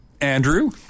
Andrew